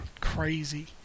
crazy